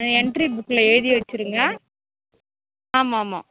ஆ entry புக்கில் எழுதி வைச்சிருங்க ஆமாம் ஆமாம்